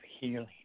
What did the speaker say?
healing